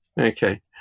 Okay